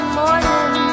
morning